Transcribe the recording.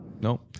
No